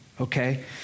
okay